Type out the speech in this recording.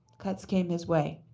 cuts came his way.